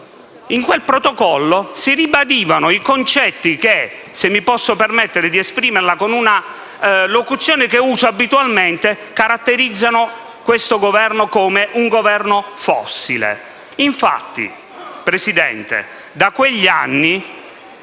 In quel protocollo si ribadivano i concetti che, se mi posso permettere di esprimerlo con una locuzione che uso abitualmente, caratterizzano questo Governo come un "Governo fossile". Infatti, signor Presidente, da quegli anni